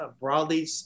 broadly